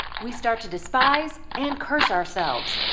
we start to despise and curse ourselves,